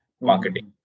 marketing